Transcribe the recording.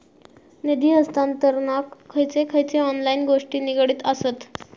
निधी हस्तांतरणाक खयचे खयचे ऑनलाइन गोष्टी निगडीत आसत?